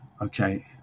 Okay